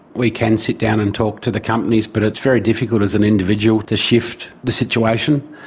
we can sit down and talk to the companies, but it's very difficult as an individual to shift the situation.